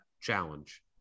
challenge